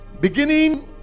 beginning